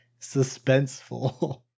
suspenseful